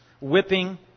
whipping